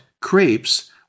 crepes